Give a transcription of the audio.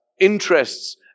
interests